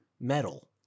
Metal